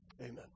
Amen